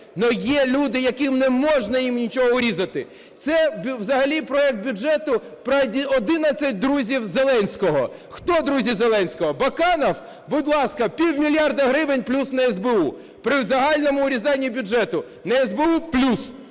Но є люди, яким не можна їм нічого урізати. Це взагалі проект бюджету "про 11 друзів Зеленського". Хто друзі Зеленського – Баканов? Будь ласка, півмільярда гривень плюс – на СБУ. При загальному урізанні бюджету на СБУ – плюс,